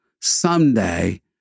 Someday